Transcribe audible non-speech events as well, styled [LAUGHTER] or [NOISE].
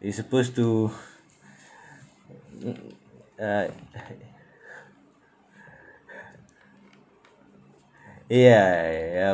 you supposed to [BREATH] mm uh [LAUGHS] [BREATH] ya ya